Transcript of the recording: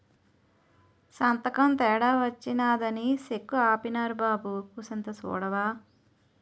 సంతకం తేడా వచ్చినాదని సెక్కు ఆపీనారు బాబూ కూసంత సూడవా